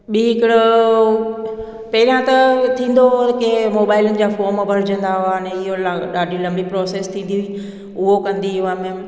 ॿी हिकिड़ो पहिरियों त थींदो हुओ की मोबाइलनि जा फॉम भरजंदा हुआ न इहो लग ॾाढी लंबी प्रोसैस थींदी हुई उहो कंदी हुअमि